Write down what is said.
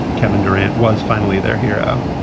kevin durant was finally their hero.